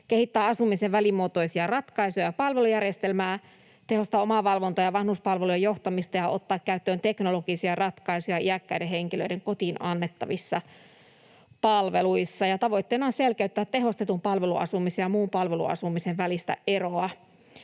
kehittää asumisen välimuotoisia ratkaisuja ja palvelujärjestelmää, tehostaa omavalvontaa ja vanhuspalvelujen johtamista ja ottaa käyttöön teknologisia ratkaisuja iäkkäiden henkilöiden kotiin annettavissa palveluissa, ja tavoitteena on selkeyttää tehostetun palveluasumisen ja muun palveluasumisen välistä eroa